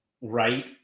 right